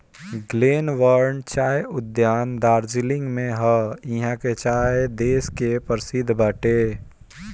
Glenburn चाय उद्यान दार्जलिंग में हअ इहा के चाय देश के परशिद्ध बाटे